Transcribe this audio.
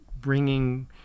bringing